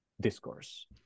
discourse